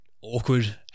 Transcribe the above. awkward